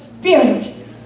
Spirit